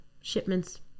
shipments